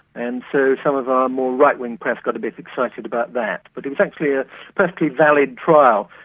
and so some of our more right-wing press got a bit excited about that, but it was actually a perfectly valid trial,